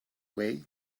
way